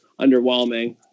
underwhelming